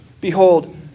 Behold